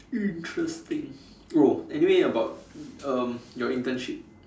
interesting oh anyway about um your internship